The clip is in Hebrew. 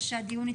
ושהדיון יתקיים.